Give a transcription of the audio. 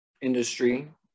industry